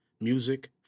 music